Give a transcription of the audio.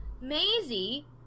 Maisie